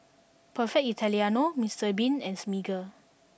Perfect Italiano Mr bean and Smiggle